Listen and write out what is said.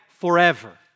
forever